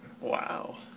Wow